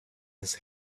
his